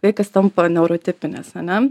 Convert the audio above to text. vaikas tampa neurotipinis ane